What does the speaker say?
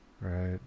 Right